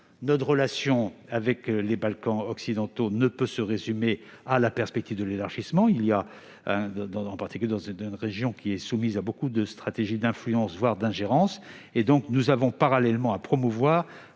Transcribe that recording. notre relation avec les Balkans occidentaux ne peut se résumer à la perspective de l'élargissement, en particulier dans une région soumise à beaucoup de stratégies d'influence, voire d'ingérence. Nous devons donc parallèlement promouvoir